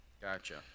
gotcha